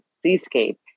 seascape